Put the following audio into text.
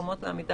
או שלא מנע גישה